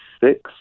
six